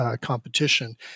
competition